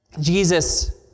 Jesus